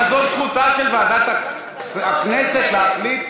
אבל זו זכותה של ועדת הכנסת להחליט.